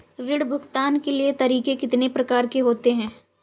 ऋण भुगतान के तरीके कितनी प्रकार के होते हैं?